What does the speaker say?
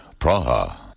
Praha